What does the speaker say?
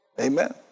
Amen